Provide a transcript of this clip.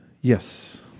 Yes